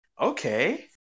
okay